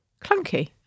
Clunky